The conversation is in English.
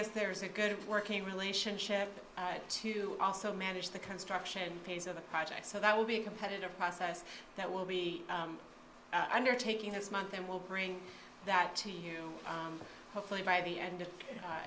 as there is a good working relationship to also manage the construction phase of the project so that will be a competitive process that will be undertaking this month and we'll bring that to you hopefully by the end